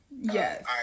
Yes